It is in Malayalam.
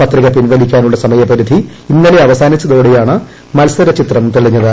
പത്രിക പിൻവലിക്കാനുള്ള സമയപരിധി ഇന്നലെ അവസാനിച്ചതോടെയാണ് മത്സരചിത്രം തെളിഞ്ഞത്